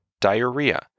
diarrhea